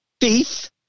beef